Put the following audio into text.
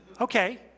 Okay